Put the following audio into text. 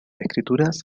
escrituras